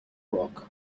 rock